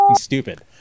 stupid